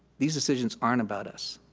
these decisions aren't about us.